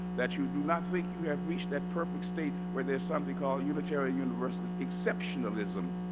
that you do not think you have reached that perfect state where there's something called unitarian universalist exceptionalism,